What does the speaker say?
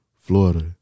Florida